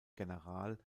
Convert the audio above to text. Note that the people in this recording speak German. general